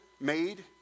made